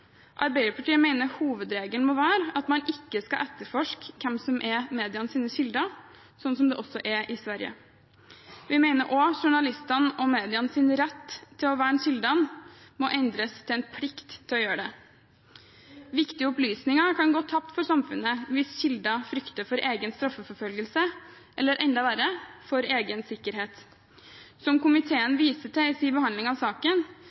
Arbeiderpartiet mener hovedregelen må være at man ikke skal etterforske hvem som er medienes kilder, slik det også er i Sverige. Vi mener også journalistenes og medienes rett til å verne kildene må endres til en plikt til å gjøre det. Viktige opplysninger kan gå tapt for samfunnet hvis kilder frykter for egen straffeforfølgelse eller enda verre: for egen sikkerhet. Som komiteen viser til i sin behandling av saken,